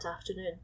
afternoon